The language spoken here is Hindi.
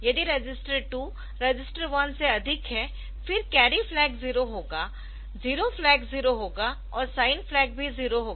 यदि रजिस्टर 2 रजिस्टर 1 से अधिक है फिर कैरी फ्लैग 0 होगा जीरो फ्लैग 0 होगा और साइन फ्लैग भी 0 होगा